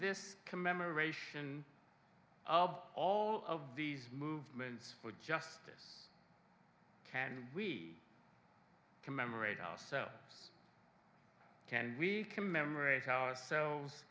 this commemoration of all of these movements for justice can we commemorate ourselves can we commemorate ourselves